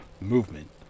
movement